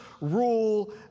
rule